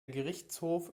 gerichtshof